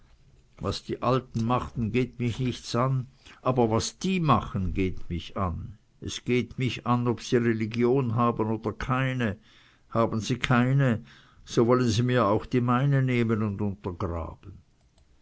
was die alten waren und machten ging mich nichts an was aber die neuen sind und was sie machen und ob sie religion haben geht mich an denn haben sie keine so wollen sie mir auch die meine nehmen und untergraben